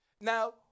Now